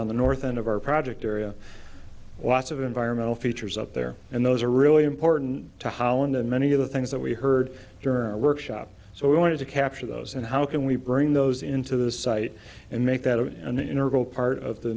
on the north end of our project area lots of environmental features up there and those are really important to holland and many of the things that we heard during workshop so we wanted to capture those and how can we bring those into the site and make that